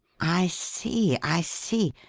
i see, i see!